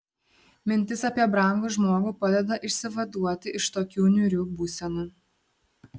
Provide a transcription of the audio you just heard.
mintis apie brangų žmogų padeda išsivaduoti iš tokių niūrių būsenų